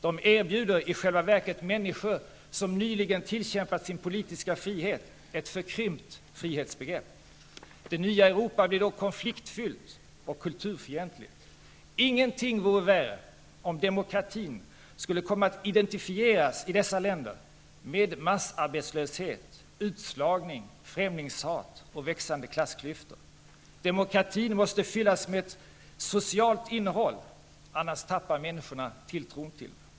De erbjuder i själva verket människor som nyligen tillkämpat sig sin politiska frihet ett förkrympt frihetsbegrepp. Det nya Europa blir då konfliktfyllt och kulturfientligt. Inget vore värre än om demokratin skulle komma att identifieras i dessa länder med massarbetslöshet, utslagning, främlingshat och växande klassklyftor. Demokratin måste fyllas med ett socialt innehåll, annars tappar människorna tilltron till den.